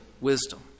wisdom